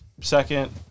second